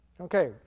Okay